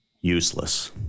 useless